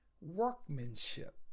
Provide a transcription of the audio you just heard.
workmanship